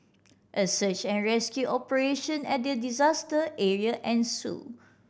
a search and rescue operation at the disaster area ensued